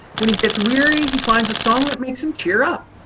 when he gets weary, he finds a song that makes him cheer up.